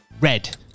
red